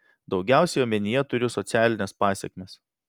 daugiausiai omenyje turiu socialines pasekmes